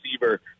receiver